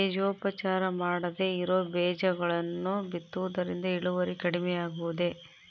ಬೇಜೋಪಚಾರ ಮಾಡದೇ ಇರೋ ಬೇಜಗಳನ್ನು ಬಿತ್ತುವುದರಿಂದ ಇಳುವರಿ ಕಡಿಮೆ ಆಗುವುದೇ?